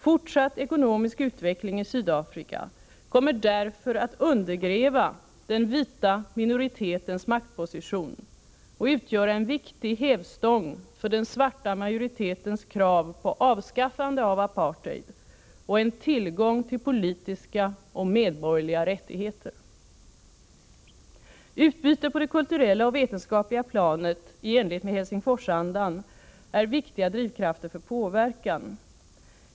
Fortsatt ekonomisk utveckling i Sydafrika kommer därför att undergräva den vita minoritetens maktposition och utgöra en viktig hävstång för den svarta majoritetens krav på avskaffande av apartheid och tillgång till politiska och medborgerliga rättigheter. Utbyte på det kulturella och vetenskapliga planet i enlighet med Helsingforsandan är viktiga drivkrafter för påverkan.